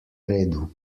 redu